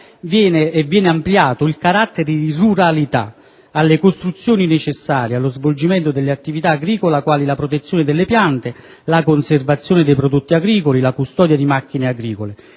e viene ampliato il carattere di ruralità alle costruzioni necessarie allo svolgimento delle attività agricole (quali la protezione delle piante, la conservazione dei prodotti agricoli, la custodia di macchine agricole,